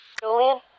Julian